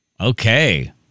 Okay